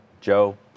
Joe